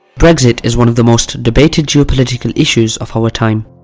brexit is one of the most debated geopolitical issues of our time.